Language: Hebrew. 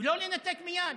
לא לנתק מייד